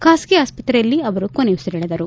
ಖಾಸಗಿ ಆಸ್ಪತ್ರೆಯಲ್ಲಿ ಅವರು ಕೊನೆಯುಸಿರೆಳೆದರು